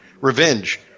revenge